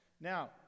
Now